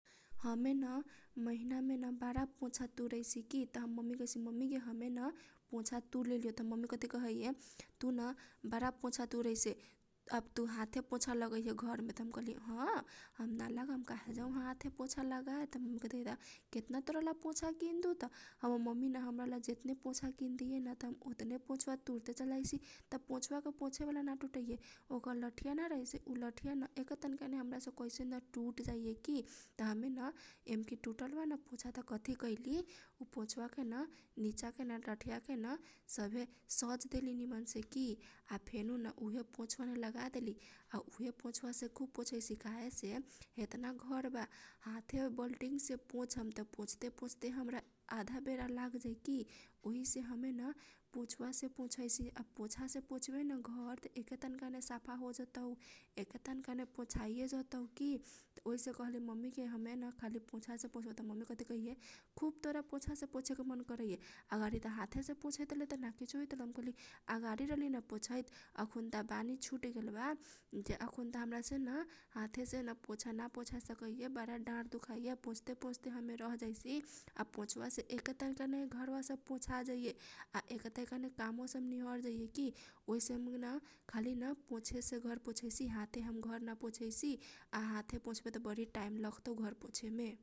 हमेन महिना मेन बारा पोछा तुरैसी की त हमर ममी के कहैसी । ममी गे हमे न पोछा तुर लेलीऔ त हमर ममी कथी कहैए तु न बारा पोछा तुरैसै। अब तु हाते पोछा लगैहे घरमे त हम कहली ह अ हम ना लगाम हम काहे जाउ हाते पोछा लगाए। त हमर ममी कथी कहैता केतन तोरला पोछा किन दु त । हमर ममी न हमरा ला जेतने पोछा किन दिए न त हम ओतने पोछवा तुरते चल जाइसी। त पोछवा के पोछे बाला ना टुटैए ओकर लठीया ना रहैसै लठीया न येके तनका ने हमरा से कैसै न टुट जाइये की । त हमे न येमकी टुटल बान पोछा त कथी कैली उ पोछवा केन नीचा के न लथिया के न सभे सज देली निमन से की। आ फेनु न उहे पोछवा मे लगा देली आ उहे पोछवा से खुब पोछैसी। त काहेसे येतना घरबा हाते बलटीं से पोछम त पोछते पोछते हमरा आधा बेरा लाग जाइ की। उहेसे हमे न पैछवा से पोछैसी आ पोछा से पोछबे न घर त एके तनका मे सफा होजतौ, एके तनका मे पोछाइये जतौ की। त उहेसे कहली ममी गे हमे न खाली पोछा से पोछबौ त हमर ममी कथी कहैए खुब तोरा पोछा से पोछेके मन करैये । अगाडि त हातेसे पोछैत रहले त ना किछो होइत रहलौ त हम कहली अगाडि न रहली पोछैत अखुनता बानी छुट गेल बा जे अखुनता हमरा सेन हाते सेन पोछा न पोछे सकैए बारा डार दुखाइए पोछते पोछते हमे रह जाइसी। आ पोछवा से एके तनका मे चरवा सब पोछा जाइए आ एके तैका मे कामो सब निहर जाइए की। त ओहीसे हमे पोछे से घर पोछैसी हाते ना पोछैसी आ हाते पोछबे त बरी टाइम लागतौ पोछेमे।